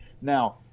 Now